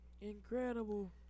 Incredible